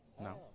No